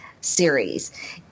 Series